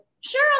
Sure